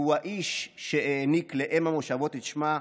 והוא האיש שהעניק לאם המושבות את שמה,